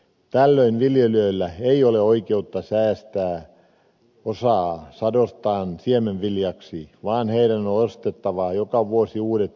tällöin viljelijöillä ei ole oikeutta säästää osaa sadostaan siemenviljaksi vaan heidän on ostettava joka vuosi uudet siemenet